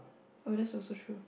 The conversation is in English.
oh that's also true